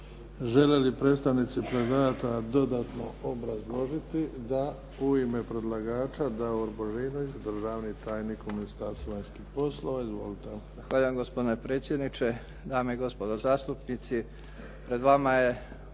Žele li predstavnici predlagatelja dodatno obrazložiti? Da. U ime predlagača Davor Božinović državni tajnik u Ministarstvu vanjskih poslova. Izvolite. **Božinović, Davor** Zahvaljujem gospodine predsjedniče. Dame i gospodo zastupnici. Pred vama je